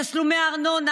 תשלומי הארנונה,